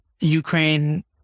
Ukraine